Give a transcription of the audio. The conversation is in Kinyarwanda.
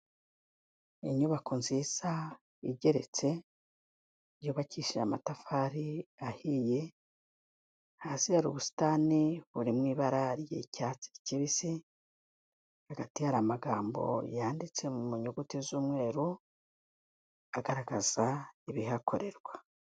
Inyubako nziza igeretse yubakishije amatafari ahiye, hasi hari ubusitani buri mu ibara ry'icyatsi kibisi. Hagati hari amagambo yanditse mu nyuguti z'umweru agaragaza ibihakorerwa.